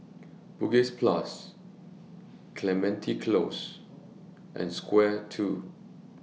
Bugis Plus Clementi Close and Square two